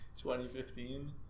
2015